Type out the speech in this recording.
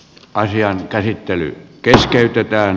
asian käsittely keskeytetään